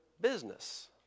business